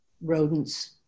rodents